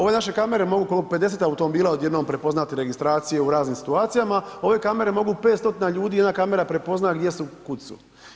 Ove naše kamere mogu od 50 automobila odjednom prepoznati registracije u raznim situacijama, ove kamere mogu 5 stotina ljudi jedna kamera prepoznat, gdje su kud su.